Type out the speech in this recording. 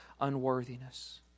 unworthiness